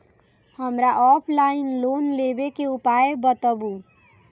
हमरा offline loan लेबे के उपाय बतबु?